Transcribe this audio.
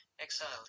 Exiled